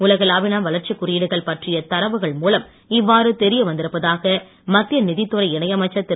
உலகளவிலான வளர்ச்சிக் குறியீடுகள் பற்றிய தரவுகள் மூலம் இவ்வாறு தெரியவந்திருப்பதாக மத்திய நிதித்துறை இணையமைச்சர் திரு